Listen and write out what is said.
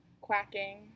quacking